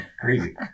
crazy